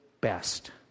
best